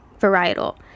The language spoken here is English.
varietal